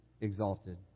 exalted